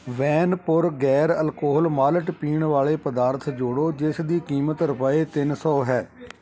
ਵੈਨਪੁਰ ਗੈਰ alcohol malt ਪੀਣ ਵਾਲੇ ਪਦਾਰਥ ਜੋੜੋ ਜਿਸ ਦੀ ਕੀਮਤ ਰੁਪਏ ਤਿੰਨ ਸੌੌੌ ਹੈ